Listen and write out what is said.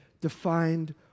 defined